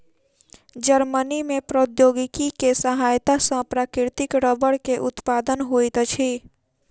Germany में प्रौद्योगिकी के सहायता सॅ प्राकृतिक रबड़ के उत्पादन होइत अछि